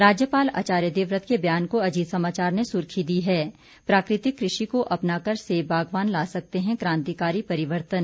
राज्यपाल आचार्य देवव्रत के बयान को अजीत समाचार ने सुर्खी दी है प्राकृतिक कृषि को अपनाकर सेब बागवान ला सकते हैं क्रांतिकारी परिवर्तन